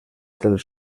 dels